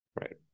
Right